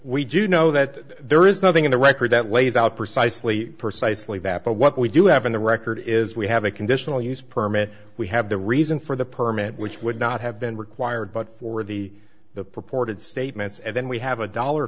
we do know that there is nothing in the record that lays out precisely persuasively that but what we do have in the record is we have a conditional use permit we have the reason for the permit which would not have been required but for the the purported statements and then we have a dollar